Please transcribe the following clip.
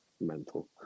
Mental